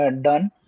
done